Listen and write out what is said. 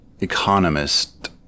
economist